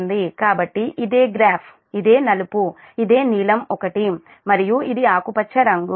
కాబట్టి ఇదే గ్రాఫ్ ఇదే నలుపు ఇది నీలం ఒకటి మరియు ఇది ఆకుపచ్చ రంగు